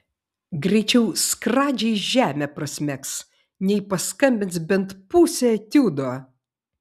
greičiau skradžiai žemę prasmegs nei paskambins bent pusę etiudo